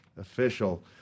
Official